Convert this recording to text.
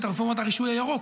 רפורמת הרישוי הירוק,